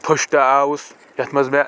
first آوُس یتھ منٛز مےٚ